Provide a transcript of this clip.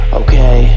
okay